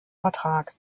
vertrag